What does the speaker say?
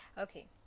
Okay